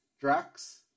Drax